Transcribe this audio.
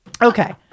okay